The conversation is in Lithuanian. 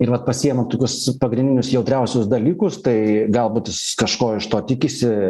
ir vat pasiėma tokius pagrindinius jautriausius dalykus tai galbūt kažko iš to tikisi